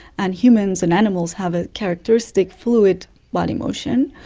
and humans and animals have a characteristic fluid body motion.